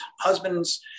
husbands